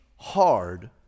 Hard